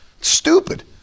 Stupid